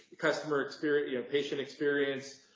customer experience, you know patient experience